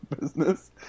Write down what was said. business